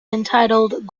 entitled